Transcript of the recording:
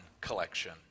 collection